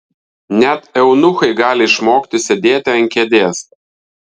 net eunuchai gali išmokti sėdėti ant kėdės